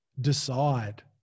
decide